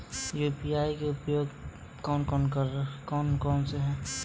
UPI के उपयोग कौन कौन से हैं?